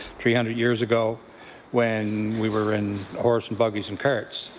three hundred years ago when we were in horse and buggies and carts.